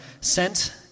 sent